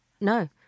no